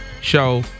show